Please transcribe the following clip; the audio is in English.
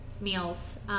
meals